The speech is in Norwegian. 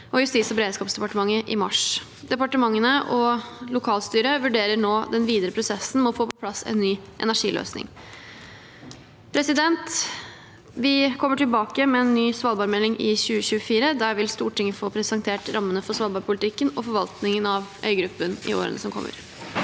og Justis- og beredskapsdepartementet i mars. Departementene og lokalstyret vurderer nå den videre prosessen med å få på plass en ny energiløsning. Vi kommer tilbake med en ny svalbardmelding i 2024. Der vil Stortinget få presentert rammene for svalbardpolitikken og forvaltningen av øygruppen i årene som kommer.